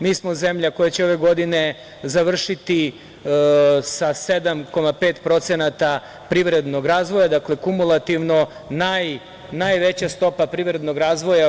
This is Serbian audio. Mi smo zemlja koja će ove godine završiti sa 7,5% privrednog razvoja, dakle kumulativno najveća stopa privrednog razvoja u